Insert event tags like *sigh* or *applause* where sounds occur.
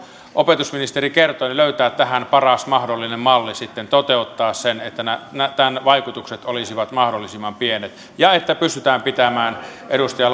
opetusministeri kertoi löytää tähän paras mahdollinen malli toteuttaa se niin että tämän vaikutukset olisivat mahdollisimman pienet ja että pystytään pitämään edustaja *unintelligible*